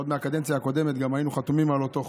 עוד מהקדנציה הקודמת היינו חתומים על אותו חוק.